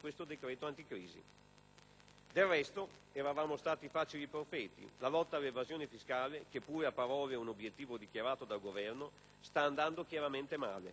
Del resto, ed eravamo stati facili profeti, la lotta all'evasione fiscale, che pure a parole è un obiettivo dichiarato dal Governo, sta andando chiaramente male.